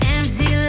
Empty